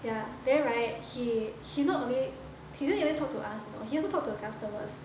yeah then right he he not only he not only talk to us he also talk to our customers